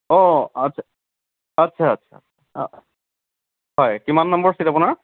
অঁ আচ্চা আচ্চা হয় কিমান নম্বৰ চিট আপোনাৰ